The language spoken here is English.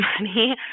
money